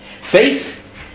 Faith